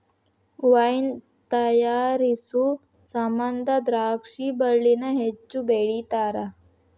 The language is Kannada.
ವೈನ್ ತಯಾರಿಸು ಸಮಂದ ದ್ರಾಕ್ಷಿ ಬಳ್ಳಿನ ಹೆಚ್ಚು ಬೆಳಿತಾರ